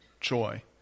joy